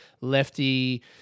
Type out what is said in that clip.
lefty